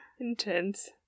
intense